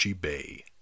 bay